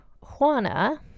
Juana